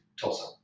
Tulsa